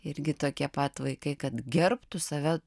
irgi tokie pat vaikai kad gerbtų save